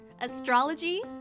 astrology